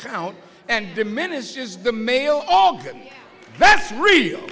count and diminishes the male that's real